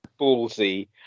ballsy